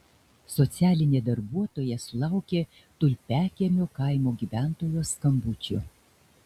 socialinė darbuotoja sulaukė tulpiakiemio kaimo gyventojos skambučio